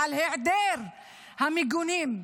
על היעדר המיגונים,